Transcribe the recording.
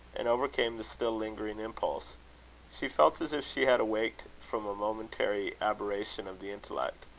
and overcame the still lingering impulse she felt as if she had awaked from a momentary aberration of the intellect.